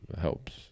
helps